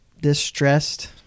distressed